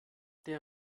der